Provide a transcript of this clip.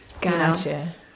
Gotcha